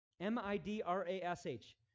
M-I-D-R-A-S-H